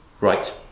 Right